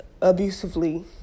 abusively